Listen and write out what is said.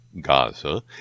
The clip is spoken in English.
Gaza